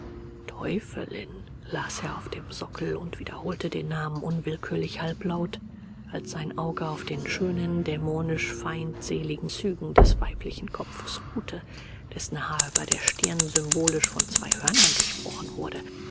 teufelin las er auf dem sockel und wiederholte den namen unwillkürlich halblaut als sein auge auf den schönen dämonisch feindseligen zügen des weiblichen kopfes ruhte dessen haar über der stirn symbolisch von zwei hörnern durchbrochen wurde